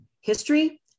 history